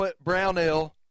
Brownell